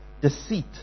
deceit